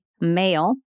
male